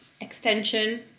extension